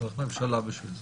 צריך ממשלה בשביל זה.